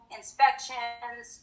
inspections